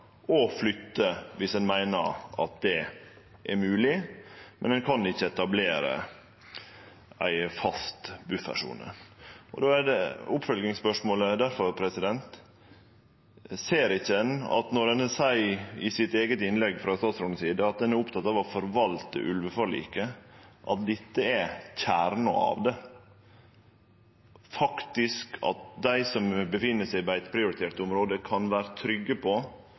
flytte ulven om ein meiner at det er mogeleg, men ein kan ikkje etablere ei fast buffersone. Oppfølgingsspørsmålet er difor: Ser ein ikkje, når statsråden seier i sitt eige innlegg at ein er oppteken av å forvalte ulveforliket, at dette er kjernen i det – at dei som faktisk er i beiteprioriterte område, kan vere trygge på